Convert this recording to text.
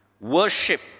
worship